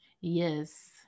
yes